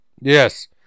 yes